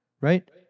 Right